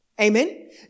Amen